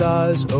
eyes